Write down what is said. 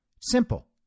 Simple